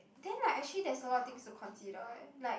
then like actually there's a lot of things to consider eh like